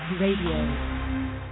radio